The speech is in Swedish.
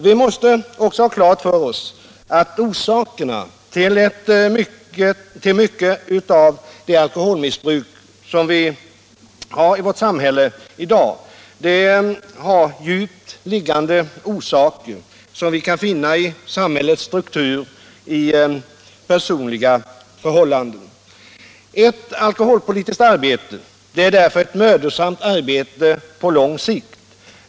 Vi måste också ha klart för oss att mycket av det alkoholmissbruk som förekommer i vårt land har djupt liggande orsaker som vi kan finna i samhällets struktur och i personliga förhållanden. Ett alkoholpolitiskt arbete är därför ett mödosamt arbete på lång sikt.